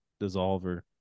Dissolver